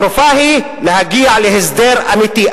התרופה היא להגיע להסדר אמיתי,